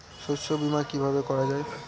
শস্য বীমা কিভাবে করা যায়?